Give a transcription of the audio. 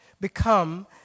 become